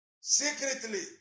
secretly